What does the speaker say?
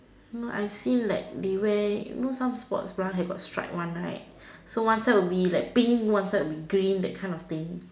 no I've seen like they wear you know some sport bra there got strap one right one side would be pink and one side would be green that sort of thing